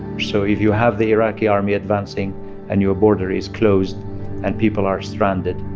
so if you have the iraqi army advancing and your border is closed and people are stranded,